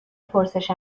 پرسش